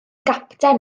gapten